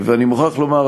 אני מוכרח לומר,